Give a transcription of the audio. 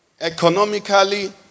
economically